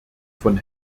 von